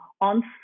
on